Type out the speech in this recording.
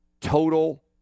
total